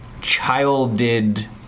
childed